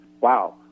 Wow